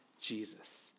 Jesus